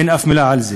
אין אף מילה על זה.